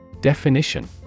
Definition